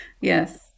Yes